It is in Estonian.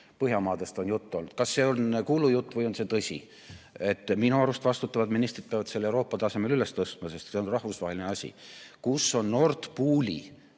Põhjamaadest on juttu olnud. Kas see on kuulujutt või on see tõsi? Minu arust vastutavad ministrid peavad selle Euroopa tasemel üles tõstma, sest see on rahvusvaheline asi. Kus on Nord Pooli